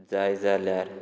जाय जाल्यार